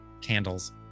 candles